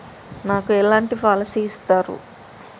నాకు ఎలాంటి పాలసీ ఇస్తారు?